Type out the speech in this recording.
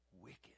wicked